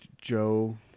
Joe